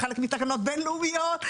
חלק מתקנות בינלאומיות,